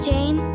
Jane